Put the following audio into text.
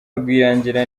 rwirangira